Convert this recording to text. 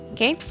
Okay